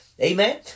Amen